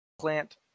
Plant